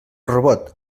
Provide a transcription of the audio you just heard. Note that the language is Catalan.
robot